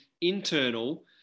internal